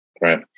Right